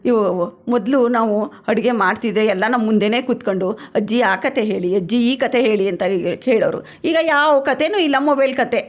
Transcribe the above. ಇವು ಮೊದಲು ನಾವು ಅಡುಗೆ ಮಾಡ್ತಿದ್ದರೆ ಎಲ್ಲ ನಮ್ಮ ಮುಂದೆಯೇ ಕೂತ್ಕೊಂಡು ಅಜ್ಜಿ ಆ ಕತೆ ಹೇಳಿ ಅಜ್ಜಿ ಈ ಕತೆ ಹೇಳಿ ಅಂತ ಹೀಗೆ ಕೇಳೋರು ಈಗ ಯಾವ ಕತೆಯೂ ಇಲ್ಲ ಮೊಬೈಲ್ ಕತೆ